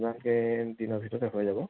দিনৰ ভিতৰতে হৈ যাব